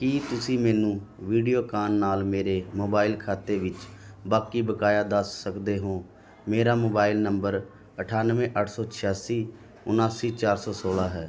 ਕੀ ਤੁਸੀਂ ਮੈਨੂੰ ਵੀਡੀਓਕਾਨ ਨਾਲ ਮੇਰੇ ਮੋਬਾਈਲ ਖਾਤੇ ਵਿੱਚ ਬਾਕੀ ਬਕਾਇਆ ਦੱਸ ਸਕਦੇ ਹੋ ਮੇਰਾ ਮੋਬਾਈਲ ਨੰਬਰ ਅਠਾਨਵੇਂ ਅੱਠ ਸੌ ਛਿਆਸੀ ਉਨਾਸੀ ਚਾਰ ਸੌ ਸੌਲਾਂ ਹੈ